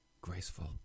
Graceful